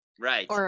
Right